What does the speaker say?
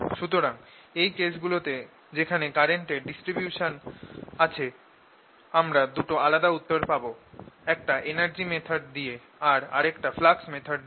সুতরাং এই কেস গুলো তে যেখানে কারেন্ট এর ডিস্ট্রিবিউশান আছে আমরা দুটো আলাদা উত্তর পাব একটা energy method দিয়ে আর আরেকটা flux method দিয়ে